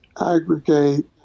aggregate